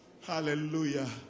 Hallelujah